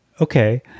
Okay